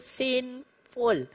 sinful